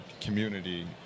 community